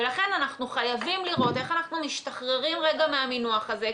ולכן אנחנו חייבים לראות איך אנחנו משתחררים מהמינוח הזה,